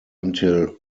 until